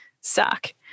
suck